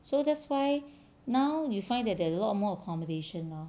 so that's why now you find that there are a lot more accommodation lor